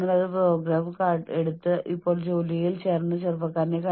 ഞാൻ ആദ്യം ഇത് പൂർത്തിയാക്കട്ടെ ബാക്കിയുള്ളവയെക്കുറിച്ച് പിന്നീട് ചിന്തിക്കാം